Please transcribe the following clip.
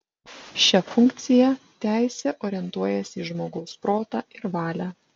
šia funkciją teisė orientuojasi į žmogaus protą ir valią